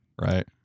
right